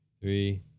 three